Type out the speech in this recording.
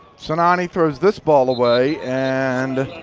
sinani throws this ball away. and